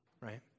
right